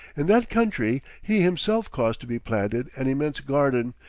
in that country he himself caused to be planted an immense garden,